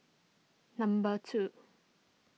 number two